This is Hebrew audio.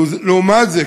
ולעומת זאת,